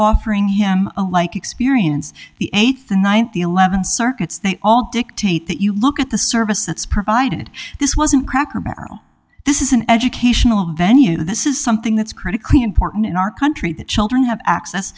offering him a like experience the eighth the ninth the eleventh circuit's they all dictate that you look at the service that's provided this wasn't cracker barrel this is an educational venue this is something that's critically important in our country the children have access